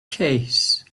case